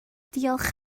diolch